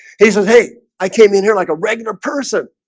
he says hey i came in here like a regular person